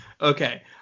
okay